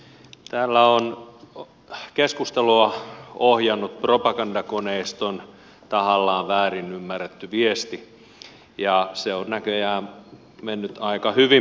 täällä on keskustelua ohjannut propagandakoneiston tahallaan väärin ymmärretty viesti ja se on näköjään mennyt aika hyvin perille